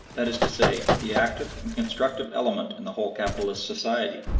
that is to say, the active and constructive element in the whole capitalist society,